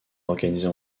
organisée